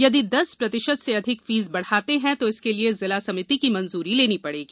यदि दस प्रतिशत से अधिक फीस बढ़ाते हैं तो इसके लिए जिला समिति की मंजूरी लेनी पड़ेगी